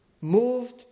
moved